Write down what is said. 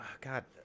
God